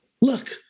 Look